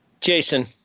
Jason